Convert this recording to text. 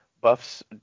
buffs